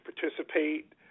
participate